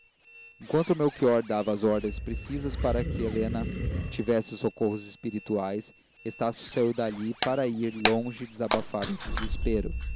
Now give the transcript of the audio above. a família enquanto melchior dava as ordens precisas para que helena tivesse os socorros espirituais estácio saiu dali para ir longe desabafar o desespero